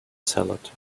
salad